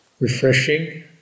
refreshing